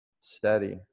Steady